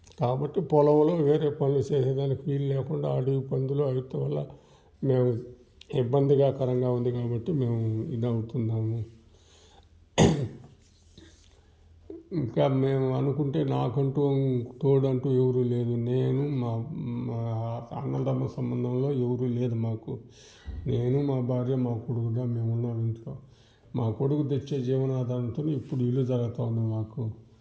కాబట్టి పొలంలో వేరే పనులు చేసే దానికి వీలు లేకుండా అడవి పందులు వాటి వల్ల మేము ఇబ్బందికరంగా ఉంది కాబట్టి మేము ఇది అవుతున్నాము ఇంకా మేము అనుకుంటే నాకంటు తోడు అంటు ఎవరు లేరు నేను మా మా అన్నతమ్ముళ్ళ సంబంధంలో ఎవరు లేరు మాకు నేను మా భార్య మా కొడుకుతో మేము ఉన్నాము ఇంట్లో మా కొడుకు తెచ్చే జీవనాధారంతో ఇప్పుడు ఇల్లు జరుగుతు ఉంది మాకు